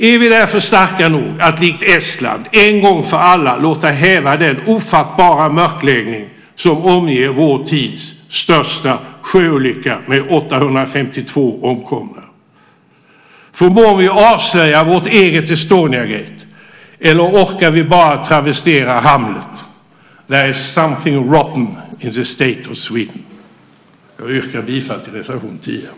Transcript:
Är vi därför starka nog att, likt Estland, en gång för alla låta häva den ofattbara mörkläggning som omger vår tids största sjöolycka med 852 omkomna? Förmår vi avslöja vårt eget Estoniagate eller orkar vi bara travestera Hamlet: There is something rotten in the state of Sweden. Jag yrkar bifall till reservation 10.